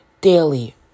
Daily